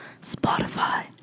spotify